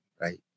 right